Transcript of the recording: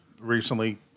recently